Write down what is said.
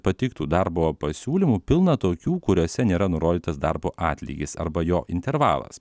pateiktų darbo pasiūlymų pilna tokių kuriuose nėra nurodytas darbo atlygis arba jo intervalas